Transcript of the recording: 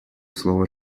слово